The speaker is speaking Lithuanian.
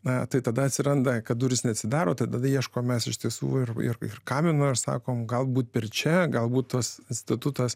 na tai tada atsiranda kad durys neatsidaro tada ieško mes iš tiesų ir ir kamino ir sakome galbūt per čia galbūt tas statutas